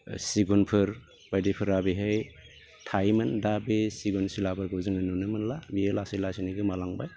सिगुनफोर बायदिफोरा बेहाय थायोमोन दा बे सिगुन सिलाफोरखौ जोङो नुनो मोनला बियो लासै लासैनो गोमा लांबाय